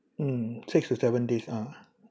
mm six to seven days ah